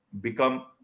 become